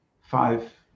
five